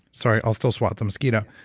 sorry, i'll still swat the mosquito.